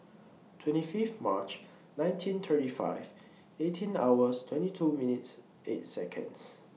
twenty Fifth March nineteen thirty five eighteen hours twenty two minutes eight Seconds